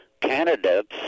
candidates